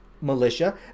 militia